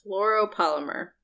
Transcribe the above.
fluoropolymer